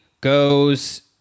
goes